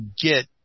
get